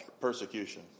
persecution